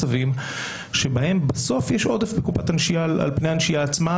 מצבים שבהם בסוף יש עודף בקופת הנשייה על פני הנשייה עצמה,